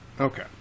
okay